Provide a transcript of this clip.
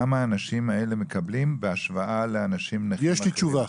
כמה האנשים האלה מקבלים בהשוואה לאנשים נכים אחרים.